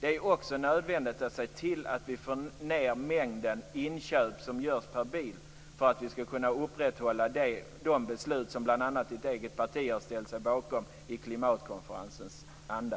Det är också nödvändigt att se till att få ned mängden inköp som görs per bil för att vi skall kunna upprätthålla de beslut som bl.a. Carl-Erik Skårmans eget parti har ställt sig bakom i klimatkonferensens anda.